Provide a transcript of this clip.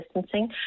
distancing